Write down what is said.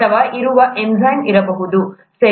ಅಥವಾ ಇರುವ ಎನ್ಝೈಮ್ ಇರಬಹುದು ಸರಿ